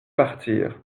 partir